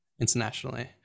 internationally